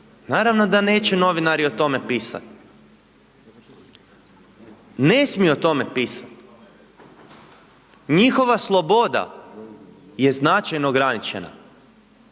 Naravno da neće novinari o tome pisati. Ne smiju o tome pisati. Njihova sloboda je značajno ograničena